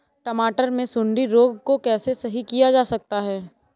टमाटर से सुंडी रोग को कैसे सही किया जा सकता है?